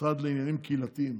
המשרד לעניינים קהילתיים.